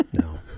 no